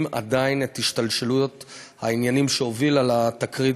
עדיין את השתלשלות העניינים שהובילה לתקרית,